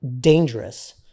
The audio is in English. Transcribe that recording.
dangerous